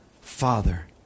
Father